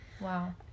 Wow